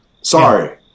Sorry